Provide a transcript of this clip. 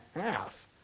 half